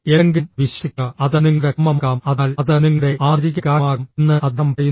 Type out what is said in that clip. എന്തെങ്കിലും വിശ്വസിക്കുക അത് നിങ്ങളുടെ കർമ്മമാകാം അതിനാൽ അത് നിങ്ങളുടെ ആന്തരിക വികാരമാകാം എന്ന് അദ്ദേഹം പറയുന്നു